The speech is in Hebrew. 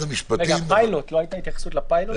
לא הייתה התייחסות לפיילוט.